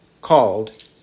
called